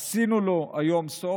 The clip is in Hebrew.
עשינו לו היום סוף.